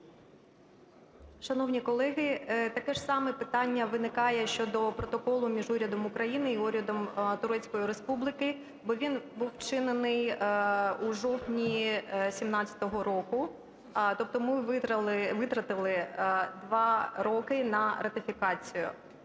Шановні колеги, таке ж саме питання виникає щодо Протоколу між урядом України і урядом Турецької Республіки, бо він був вчинений у жовтні 17-го року. Тобто ми витратили 2 роки на ратифікацію.